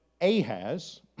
Ahaz